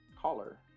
Collar